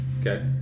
Okay